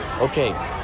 okay